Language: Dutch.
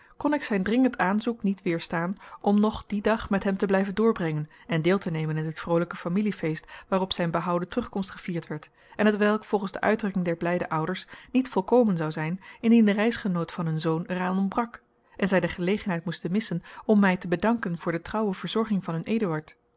ik zijn dringend aanzoek niet weêrstaan om nog dien dag met hem te blijven doorbrengen en deel te nemen in het vrolijke familiefeest waarop zijn behouden terugkomst gevierd werd en hetwelk volgens de uitdrukking der blijde ouders niet volkomen zou zijn indien de reisgenoot van hun zoon er aan ontbrak en zij de gelegenheid moesten missen om mij te bedanken voor de trouwe verzorging van hun eduard